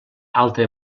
altre